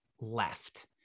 left